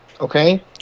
okay